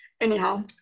Anyhow